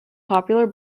popular